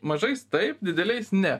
mažais taip dideliais ne